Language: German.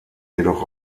jedoch